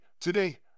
Today